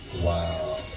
wow